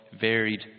varied